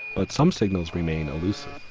but some signals remain elusive.